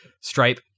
Stripe